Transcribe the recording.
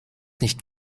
nicht